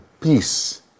peace